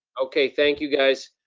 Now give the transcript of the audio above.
okay, thank you guys.